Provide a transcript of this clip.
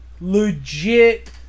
legit